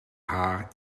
haar